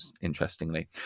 interestingly